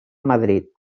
madrid